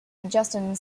adjusted